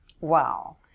Wow